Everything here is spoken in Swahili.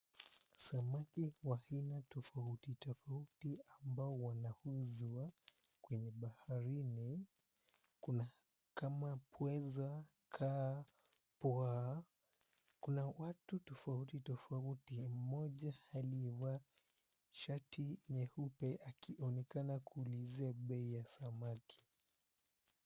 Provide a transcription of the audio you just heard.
Samaki wa aina tofauti tofauti ambao wanauza kwenye baharini, kama pweza, kaa, pwaa. Kuna watu tofauti tofauti mmoja aliyevaa shati nyeupe akionekana kuulizia bei ya samaki.